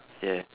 ya